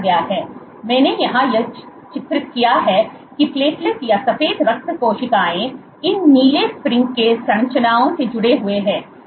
मैंने यहां यह चित्रित किया है कि प्लेटलेट या सफेद रक्त कोशिकाओं इन नीले स्प्रिंग के संरचनाओं से जुड़े हुए हैं